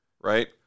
right